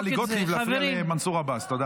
זה כלי --- חברת הכנסת טלי גוטליב, תודה רבה.